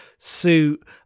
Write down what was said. suit